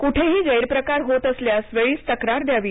क्ठेही गैरप्रकार होत असल्यास वेळीच तक्रार द्यावी